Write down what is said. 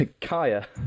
Kaya